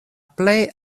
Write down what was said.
plej